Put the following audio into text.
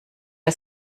der